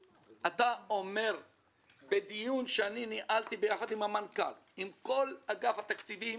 בדיון שאני ניהלתי ביחד עם המנכ"ל עם כל אגף התקציבים